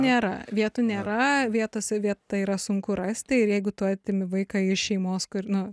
nėra vietų nėra vietose vietą yra sunku rasti ir jeigu tu atimi vaiką iš šeimos kur nu